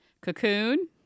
Cocoon